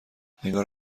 انگار